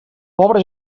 pobra